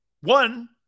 One